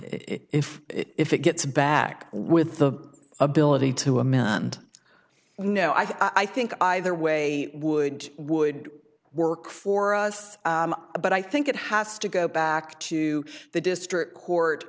if if it gets back with the ability to amend no i think either way would would work for us but i think it has to go back to the district